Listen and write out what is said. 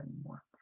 anymore